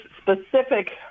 specific